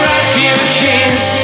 Refugees